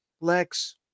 Lex